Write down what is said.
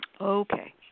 okay